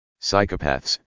Psychopaths